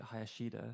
Hayashida